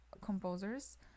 composers